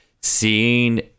seeing